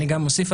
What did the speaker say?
אני אוסיף,